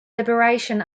liberation